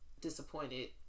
disappointed